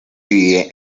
divide